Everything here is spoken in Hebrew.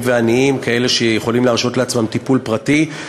ועניים: אלה שיכולים להרשות לעצמם טיפול פרטי,